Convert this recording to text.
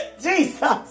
Jesus